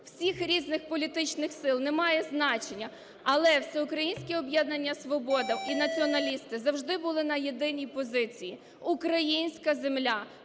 всіх різних політичних сил, немає значення. Але "Всеукраїнське об'єднання "Свобода" і націоналісти завжди були на єдиній позиції: українська земля